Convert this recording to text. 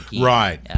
Right